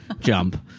jump